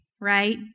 right